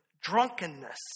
drunkenness